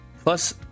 Plus